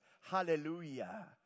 Hallelujah